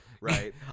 right